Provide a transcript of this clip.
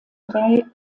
drei